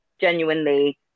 genuinely